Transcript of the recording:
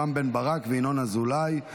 רם בן ברק וינון אזולאי.